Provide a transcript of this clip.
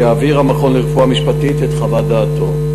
יעביר המכון לרפואה משפטית את חוות דעתו.